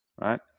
right